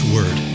Word